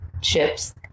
ships